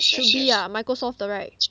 should be ah microsoft 的 right